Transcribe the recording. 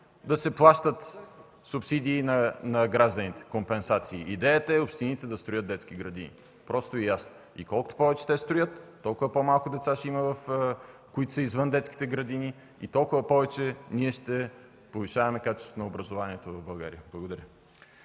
субсидии, компенсации на гражданите. Идеята е общините да строят детски градини – просто и ясно. Колкото повече те строят, толкова по-малко деца ще има извън детските градини и толкова повече ние ще повишаваме качеството на образованието в България. Благодаря